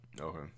Okay